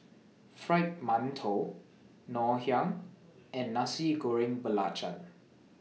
Fried mantou Ngoh Hiang and Nasi Goreng Belacan